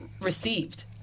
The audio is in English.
received